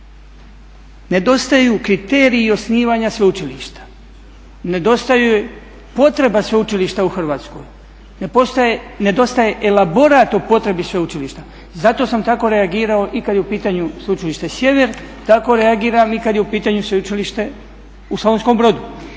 Nedostaju kriteriji osnivanja sveučilišta, nedostaju joj potreba sveučilišta u Hrvatskoj, nedostaje elaborat o potrebi sveučilišta. Zato sam tako reagirao i kad je u pitanju Sveučilište Sjever tako reagiram i kad je u pitanju Sveučilište u Slavonskom Brodu.